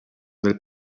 del